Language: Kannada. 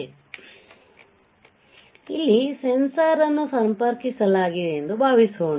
ಆದ್ದರಿಂದ ಇಲ್ಲಿ ಸೆನ್ಸರ್ ಅನ್ನು ಸಂಪರ್ಕಿಸಲಾಗಿದೆ ಎಂದು ಭಾವಿಸೋಣ